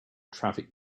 traffic